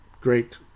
Great